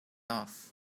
off